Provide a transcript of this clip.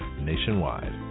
nationwide